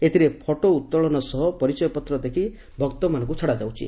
ଏଥିରେ ଫଟୋ ଉତ୍ତୋଳନ ସହ ପରିଚୟପତ୍ର ଦେଖି ଭକ୍ତମାନଙ୍କୁ ଛଡାଯାଉଛି